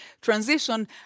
transition